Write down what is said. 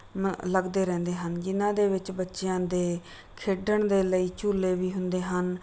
ਮ ਲੱਗਦੇ ਰਹਿੰਦੇ ਹਨ ਜਿਨ੍ਹਾਂ ਦੇ ਵਿੱਚ ਬੱਚਿਆਂ ਦੇ ਖੇਡਣ ਦੇ ਲਈ ਝੂਲੇ ਵੀ ਹੁੰਦੇ ਹਨ